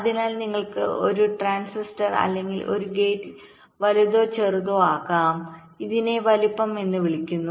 അതിനാൽ നിങ്ങൾക്ക് ഒരു ട്രാൻസിസ്റ്റർ അല്ലെങ്കിൽ ഒരു ഗേറ്റ് വലുതോ ചെറുതോ ആക്കാം ഇതിനെ വലുപ്പം എന്ന് വിളിക്കുന്നു